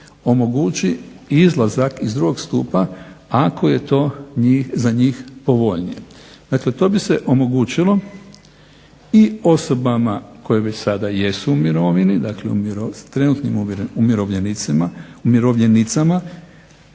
omogući i izlazak iz drugog stupa ako je to za njih povoljnije. Dakle, to bi se omogućilo i osobama koje već sada jesu u mirovini, dakle trenutnim umirovljenicima,